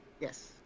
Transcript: Yes